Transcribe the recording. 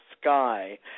sky